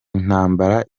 intambara